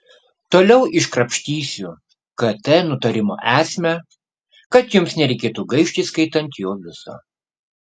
toliau iškrapštysiu kt nutarimo esmę kad jums nereikėtų gaišti skaitant jo viso